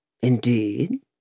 Indeed